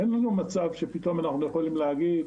אין לנו מצב שפתאום אנחנו יכולים להגיד,